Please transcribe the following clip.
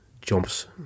jumps